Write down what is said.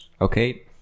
Okay